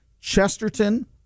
Chesterton